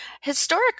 historic